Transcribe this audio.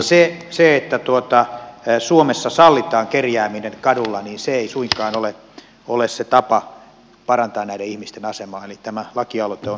se että suomessa sallitaan kerjääminen kadulla ei suinkaan ole se tapa parantaa näiden ihmisten asemaa eli tämä lakialoite on erittäin kannatettava